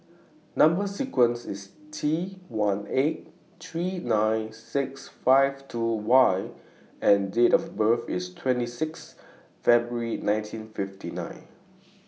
Number sequence IS T one eight three nine six five two Y and Date of birth IS twenty six February nineteen fifty nine